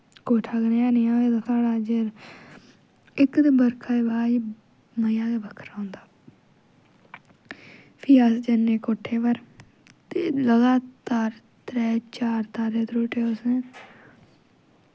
कोठा कनेहा कनेहा होए दा साढ़ा अज्ज इक ते बरखा दे बाद मज़ा गै बक्खरा होंदा फ्ही अस जन्ने कोठे पर ते लगातार त्रै चार तारे त्रुट्टे उस दिन